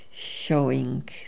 Showing